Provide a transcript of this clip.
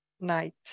night